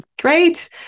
great